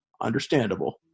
understandable